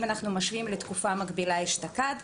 אם אנחנו משווים לתקופה המקבילה אשתקד,